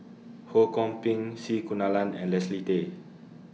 Ho Kwon Ping C Kunalan and Leslie Tay